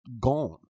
gone